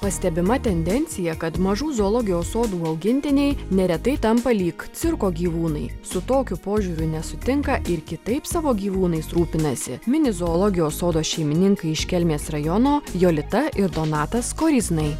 pastebima tendencija kad mažų zoologijos sodų augintiniai neretai tampa lyg cirko gyvūnai su tokiu požiūriu nesutinka ir kitaip savo gyvūnais rūpinasi mini zoologijos sodo šeimininkai iš kelmės rajono jolita ir donatas koryznai